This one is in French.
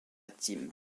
team